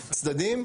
הצדדים,